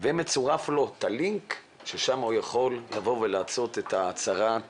ומצורף לו את הלינק ששם הוא יכול לבוא ולעשות את הצהרת